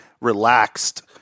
relaxed